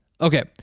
Okay